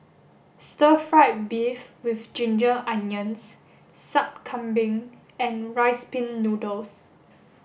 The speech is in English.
stir fried beef with ginger onions sup Kambing and rice pin noodles